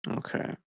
Okay